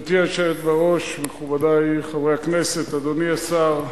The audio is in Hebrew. גברתי היושבת בראש, מכובדי חברי הכנסת, אדוני השר,